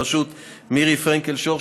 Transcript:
בראשות מירי פרנקל-שור,